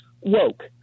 Woke